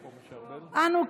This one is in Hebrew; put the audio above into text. אנו,